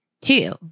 Two